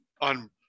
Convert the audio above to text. on